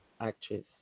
actress